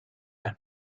and